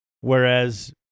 Whereas